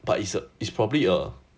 but it's a it's probably a